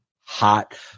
hot